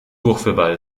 durchführbar